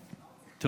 עליזה?